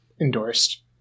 endorsed